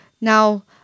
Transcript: Now